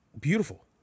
Beautiful